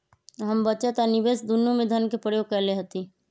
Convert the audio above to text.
हम बचत आ निवेश दुन्नों में धन के प्रयोग कयले हती